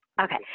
Okay